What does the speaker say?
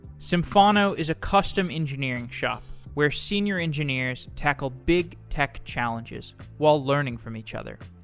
symphono is a custom engineering shop where senior engineers tackle big tech challenges while learning from each other.